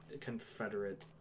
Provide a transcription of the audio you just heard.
confederate